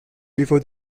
before